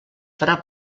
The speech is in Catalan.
farà